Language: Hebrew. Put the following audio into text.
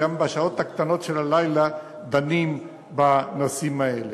גם בשעות הקטנות של הלילה דנים בנושאים האלה.